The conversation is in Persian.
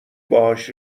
باهاش